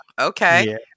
Okay